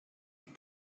and